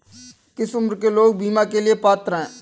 किस उम्र के लोग बीमा के लिए पात्र हैं?